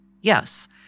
Yes